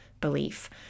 belief